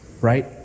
Right